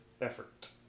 effort